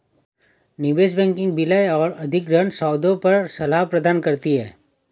निवेश बैंकिंग विलय और अधिग्रहण सौदों पर सलाह प्रदान करती है